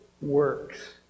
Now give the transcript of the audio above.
works